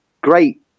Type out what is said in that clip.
great